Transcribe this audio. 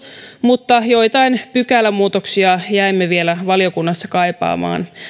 mutta jotain pykälämuutoksia jäimme vielä valiokunnassa kaipaamaan